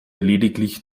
lediglich